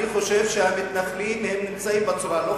אני חושב שהמתנחלים נמצאים שם בצורה לא חוקית.